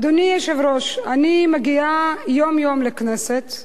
אדוני היושב-ראש, אני מגיעה יום-יום לכנסת,